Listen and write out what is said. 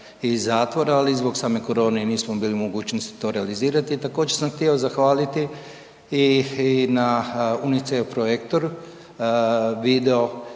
iz zatvora, ali i zbog same korone i mi smo bili u mogućnosti to realizirati. Također sam htio zahvaliti i, i na UNICEF-ovom projektoru, video